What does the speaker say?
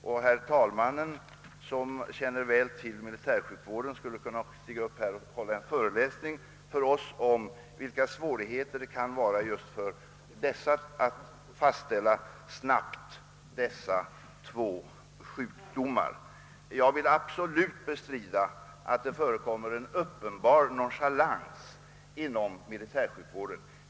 Herr förste vice talmannen, som väl känner till den militära sjukvården, skulle kunna stiga upp här och hålla en föreläsning för oss om vilka svårigheter det kan möta att snabbt fastställa just dessa två sjukdomar. Jag vill absolut bestrida att uppenbar nonchalans har förekommit inom militärsjukvården.